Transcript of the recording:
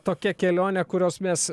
tokia kelionė kurios mes